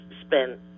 spent